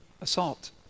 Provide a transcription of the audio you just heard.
assault